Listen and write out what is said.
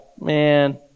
man